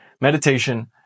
meditation